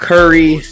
Curry